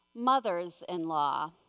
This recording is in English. mother's-in-law